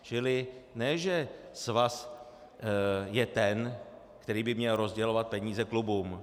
Čili ne že svaz je ten, který by měl rozdělovat peníze klubům.